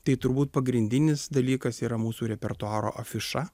tai turbūt pagrindinis dalykas yra mūsų repertuaro afiša